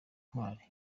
ntwari